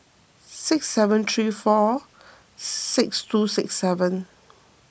six seven three four six two six seven